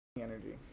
energy